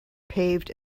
paved